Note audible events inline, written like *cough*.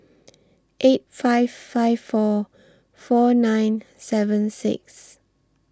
*noise* eight five five four four nine seven six